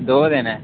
दो दिन ऐ